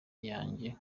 yanjye